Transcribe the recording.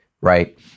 right